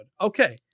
Okay